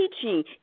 teaching